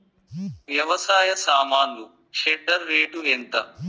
వ్యవసాయ సామాన్లు shredder rate ఎంత?